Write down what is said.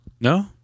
No